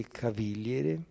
cavigliere